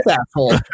asshole